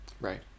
Right